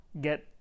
get